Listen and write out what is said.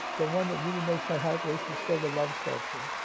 the one that really makes my heart race is still the love sculpture.